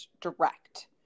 direct